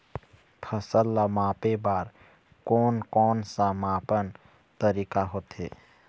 फसल ला मापे बार कोन कौन सा मापन तरीका होथे?